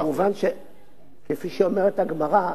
מובן שכפי שאומרת הגמרא: